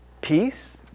peace